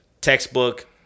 Textbook